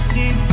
See